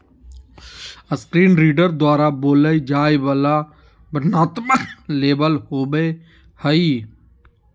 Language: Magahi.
स्क्रीन रीडर द्वारा बोलय जाय वला वर्णनात्मक लेबल होबो हइ